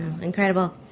incredible